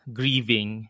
grieving